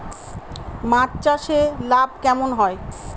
মাছ চাষে লাভ কেমন হয়?